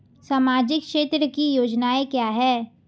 सामाजिक क्षेत्र की योजनाएं क्या हैं?